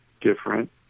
different